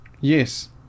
yes